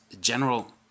General